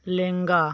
ᱞᱮᱸᱜᱟ